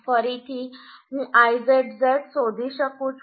ફરીથી હું Izz શોધી શકું છું